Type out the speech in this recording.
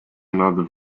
another